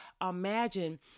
imagine